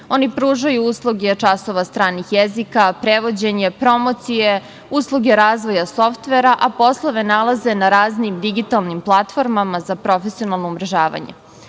Oni pružaju usluge časova stranih jezika, prevođenje, promocije, usluge razvoja softvera, a poslove nalaze na raznim digitalnim platformama za profesionalno umrežavanje.